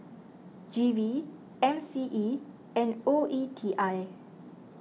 G V M C E and O E T I